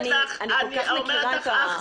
אני כל כך מכירה את זה.